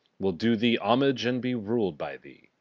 we'll do thee homage, and be rul'd by thee,